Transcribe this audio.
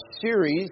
series